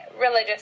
religious